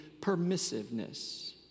permissiveness